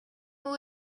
who